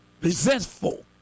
resentful